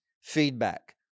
feedback